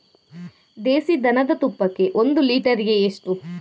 ದೇಸಿ ದನದ ತುಪ್ಪಕ್ಕೆ ಒಂದು ಲೀಟರ್ಗೆ ಎಷ್ಟು?